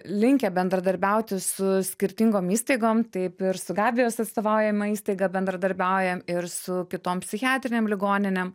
linkę bendradarbiauti su skirtingom įstaigom taip ir su gabijos atstovaujama įstaiga bendradarbiaujam ir su kitom psichiatrinėm ligoninėm